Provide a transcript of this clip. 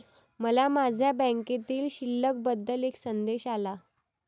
मला माझ्या बँकेतील शिल्लक बद्दल एक संदेश आला